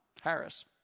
Harris